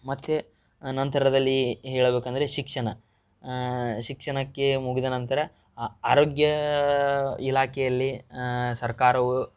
ಮತ್ತು ಆನಂತರದಲ್ಲಿ ಹೇಳಬೇಕಂದರೆ ಶಿಕ್ಷಣ ಶಿಕ್ಷಣಕ್ಕೆ ಮುಗಿದ ನಂತರ ಆ ಆರೋಗ್ಯ ಇಲಾಖೆಯಲ್ಲಿ ಸರ್ಕಾರವು